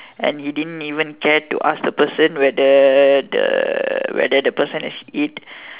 and you didn't even care to ask the person whether the whether the person has eat